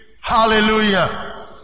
Hallelujah